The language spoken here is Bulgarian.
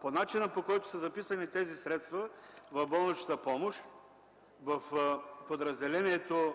по начина, по който тези средства са записани в болничната помощ, в подразделението